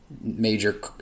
major